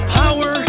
power